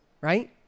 right